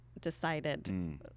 decided